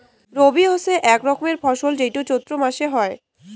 রবি হসে আক রকমের ফসল যেইটো চৈত্র মাসে হই